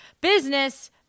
business